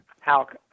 Hawk